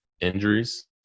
Injuries